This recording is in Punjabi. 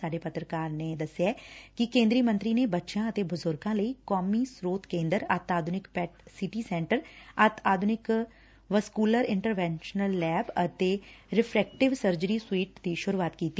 ਸਾਡੇ ਪੱਤਰਕਾਰ ਨੇ ਦਸਿਆ ਕਿ ਕੇਦਰੀ ਮੰਤਰੀ ਨੇ ਬੱਚਿਆਂ ਅਤੇ ਬਜੁਰਗਾ ਲਈ ਕੌਮੀ ਸਰੋਤ ਕੇਦਰ ਅਤਿ ਆਧੁਨਿਕ ਪੈਟ ਸੀ ਟੀ ਸੈਂਟਰ ਅਤਿ ਆਧੁਨਿਕ vascular interventional lab ਅਤੇ ਰਿਫਰੈਕਟਿਵ ਸਰਜਰੀ ਸੁਵੀਟ ਦੀ ਸੁਰੁਆਤ ਕੀਤੀ